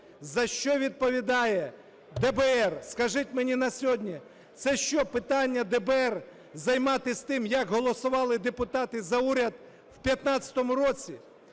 за що відповідає ДБР, скажіть мені, на сьогодні? Це що, питання ДБР займатися тим, як голосували депутати за уряд в 15-му році?